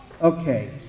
Okay